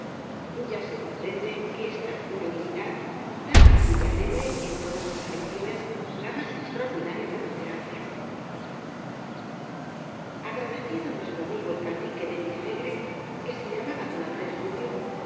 ya se comprende que esta unanimidad daba á villalegre en todas las elecciones la más extraordinaria pre ponderancia agradecido nuestro amigo al cacique de villalegre que se llamaba don andrés rubio